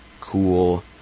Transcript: cool